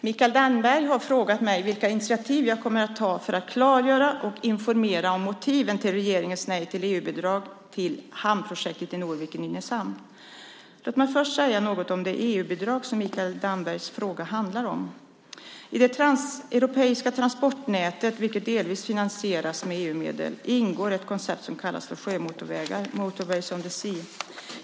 Fru talman! Mikael Damberg har frågat mig vilka initiativ jag kommer att ta för att klargöra och informera om motiven till regeringens nej till EU-bidrag till hamnprojektet i Norvik i Nynäshamn. Låt mig först säga något om det EU-bidrag som Mikael Dambergs fråga handlar om. I det transeuropeiska transportnätet , vilket delvis finansieras med EU-medel, ingår ett koncept som kallas sjömotorvägar - Motorways of the Sea.